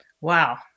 Wow